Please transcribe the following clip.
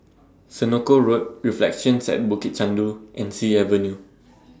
Senoko Road Reflections At Bukit Chandu and Sea Avenue